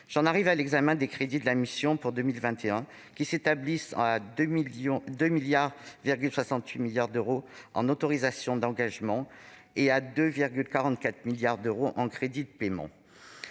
J'en arrive à l'examen des crédits de la mission pour 2021, qui s'établissent à 2,68 milliards d'euros en autorisations d'engagement et à 2,44 milliards d'euros en crédits de paiement.